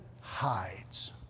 hides